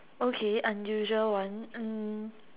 okay unusual one um